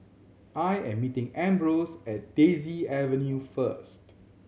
I am meeting Ambrose at Daisy Avenue first